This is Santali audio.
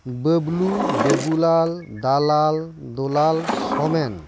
ᱵᱟᱹᱵᱽᱞᱩ ᱵᱟᱹᱵᱩᱞᱟᱞ ᱫᱟᱞᱟᱞ ᱫᱩᱞᱟᱞ ᱥᱳᱢᱮᱱ